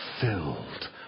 filled